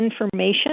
information